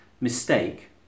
mistake